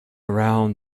around